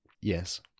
Yes